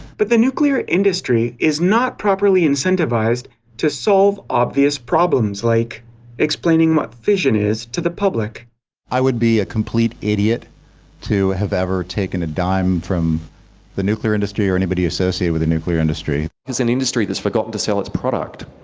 but the nuclear industry is not properly incentivised to solve obvious problems like explaining what fission is to the public i would be a complete idiot to have ever taken a dime from the nuclear industry or anyone associated with the nuclear industry. it's an industry that's forgotten to sell its product.